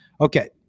okay